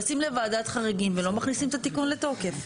רצים לוועדת חריגים ולא מכניסים את התיקון לתוקף.